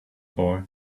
boy